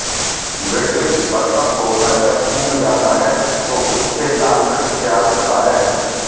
मिर्च परिपक्व होकर जब सूख जाता है तो उससे लाल मिर्च तैयार होता है